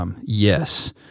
yes